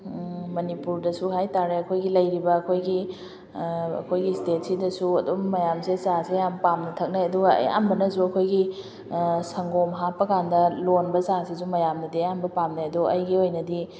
ꯃꯅꯤꯄꯨꯔꯗꯁꯨ ꯍꯥꯏꯇꯥꯔꯦ ꯑꯩꯈꯣꯏꯒꯤ ꯂꯩꯔꯤꯕ ꯑꯩꯈꯣꯏꯒꯤ ꯑꯩꯈꯣꯏꯒꯤ ꯁ꯭ꯇꯦꯠꯁꯤꯗꯁꯨ ꯑꯗꯨꯝ ꯃꯌꯥꯝꯁꯦ ꯆꯥꯁꯦ ꯌꯥꯝꯅ ꯄꯥꯝꯅ ꯊꯛꯅꯩ ꯑꯗꯨꯒ ꯑꯌꯥꯝꯕꯅꯁꯨ ꯑꯩꯈꯣꯏꯒꯤ ꯁꯪꯒꯣꯝ ꯍꯥꯞꯄ ꯀꯥꯟꯗ ꯂꯣꯟꯕ ꯆꯥꯁꯤꯁꯨ ꯃꯌꯥꯝꯅꯗꯤ ꯑꯌꯥꯝꯕ ꯄꯥꯝꯅꯩ ꯑꯗꯣ ꯑꯩꯒꯤ ꯑꯣꯏꯅꯗꯤ